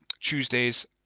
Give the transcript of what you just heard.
Tuesdays